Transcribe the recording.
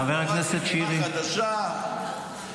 חברת הכנסת לזימי, בפעם הבאה אני אקרא אותך לסדר.